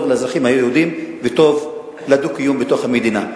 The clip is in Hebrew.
לאזרחים היהודים וטוב לדו-קיום בתוך המדינה.